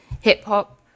hip-hop